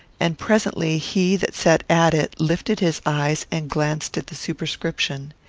and presently he that sat at it lifted his eyes and glanced at the superscription.